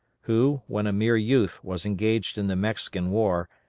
who, when a mere youth, was engaged in the mexican war,